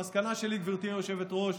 המסקנה שלי, גברתי היושבת-ראש,